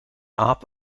aap